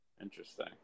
Interesting